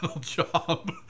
job